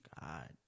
God